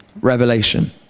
revelation